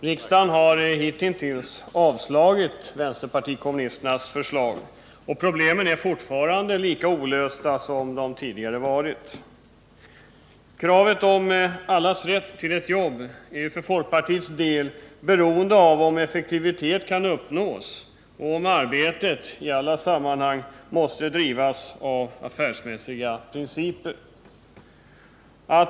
Riksdagen har hittills avslagit vänsterpartiet kommunisternas förslag, och problemen är fortfarande lika olösta som de tidigare varit. Allas rätt till ett jobb är för folkpartiets del beroende av om effektivitet kan uppnås och av att arbetet — i alla sammanhang — måste drivas enligt affärsmässiga principer.